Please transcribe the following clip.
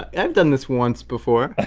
and i've done this once before.